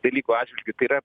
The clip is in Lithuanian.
dalykų atžvilgiu tai yra